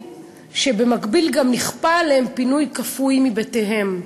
שבמקביל גם נכפה עליהם פינוי כפוי מבתיהם.